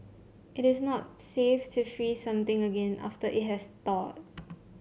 it is not safe to freeze something again after it has thawed